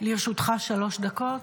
לרשותך שלוש דקות.